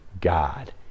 God